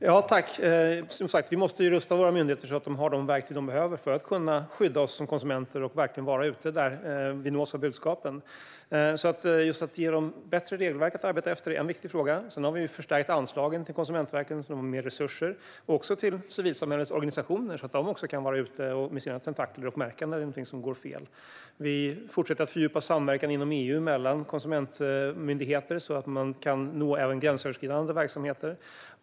Fru talman! Vi måste som sagt rusta våra myndigheter så att de har de verktyg de behöver för att kunna skydda oss som konsumenter och verkligen vara ute där människor nås av budskapen. Att ge dem bättre regelverk att arbeta efter är alltså en viktig fråga Sedan har vi även förstärkt anslagen till Konsumentverket så att det har mer resurser. Vi har också förstärkt anslagen till civilsamhällets organisationer, så att även de kan vara ute med sina tentakler och märka när någonting går fel. Vidare fortsätter vi att fördjupa samverkan inom EU mellan konsumentmyndigheter, så att man kan nå gränsöverskridande verksamheter.